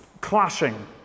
clashing